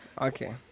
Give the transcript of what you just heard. Okay